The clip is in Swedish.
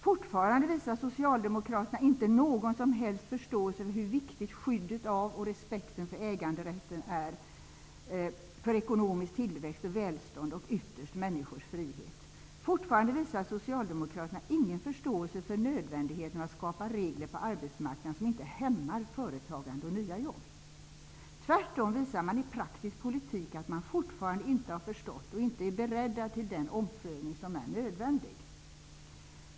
Fortfarande visar socialdemokraterna inte någon som helst förståelse för hur viktigt skyddet av och respekten för äganderätten är för ekonomisk tillväxt och välstånd och ytterst människors frihet. Fortfarande visar socialdemokraterna ingen förståelse för nödvändigheten av att skapa regler på arbetsmarknaden som inte hämmar företagande och nya jobb. Tvärtom visar man i praktisk politik att man fortfarande inte har förstått och inte är beredd till den omprövning som är nödvändig.